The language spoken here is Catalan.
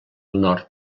nord